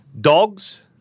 Dogs